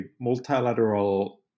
multilateral